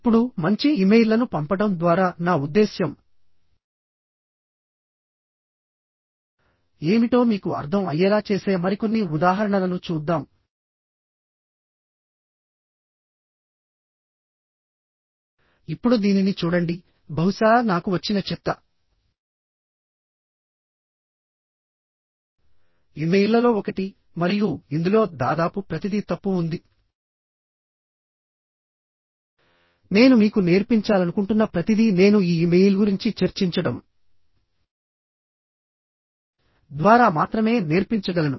ఇప్పుడు మంచి ఇమెయిల్లను పంపడం ద్వారా నా ఉద్దేశ్యం ఏమిటో మీకు అర్థం అయ్యేలా చేసే మరికొన్ని ఉదాహరణలను చూద్దాం ఇప్పుడు దీనిని చూడండి బహుశా నాకు వచ్చిన చెత్త ఇమెయిల్లలో ఒకటి మరియు ఇందులో దాదాపు ప్రతిదీ తప్పు ఉంది నేను మీకు నేర్పించాలనుకుంటున్న ప్రతిదీ నేను ఈ ఇమెయిల్ గురించి చర్చించడం ద్వారా మాత్రమే నేర్పించగలను